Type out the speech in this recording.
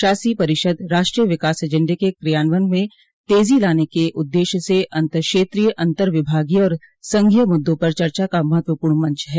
शासी परिषद राष्ट्रीय विकास एजेण्डे के कार्यान्वयन में तेज़ी लाने के उद्देश्य से अन्तरक्षेत्रीय अन्तर विभागीय और संघीय मुददों पर चर्चा का महत्वपूर्ण मंच है